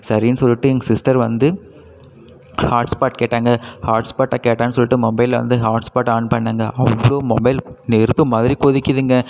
சரின்னு சொல்லிட்டு எங்க சிஸ்டர் வந்து ஹாட்ஸ்பாட் கேட்டாங்க ஹாட்ஸ்பாட்டை கேட்டாங்கன்னு சொல்லிட்டு மொபைலை வந்து ஹாட்ஸ்பாட் ஆன் பண்ணேங்க அவ்வளோ மொபைல் நெருப்பு மாதிரி கொதிக்குதுங்க